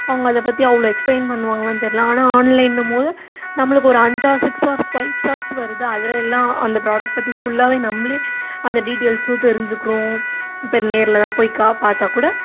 அவங்க அதை பற்றி அவ்வளோ எக்ஸ்ப்ளைன் பண்ணுவாங்கலான்னு தெரில ஆனால் ஆன்லைனும்போது நம்மளுக்கு ஒரு அஞ்சு or six stars five stars வருதா அதில் எல்லாம் அந்த ப்ராடக்ட் பற்றி ஃபுல்லாகவே நம்மளே அந்த டீட்டெயில்ஸ்ஸும் தெரிஞ்சுக்கிறோம் இப்போ நேர்லெல்லாம் போயிக்கா பார்த்தா கூட